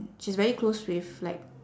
she's very close with like